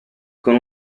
con